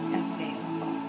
available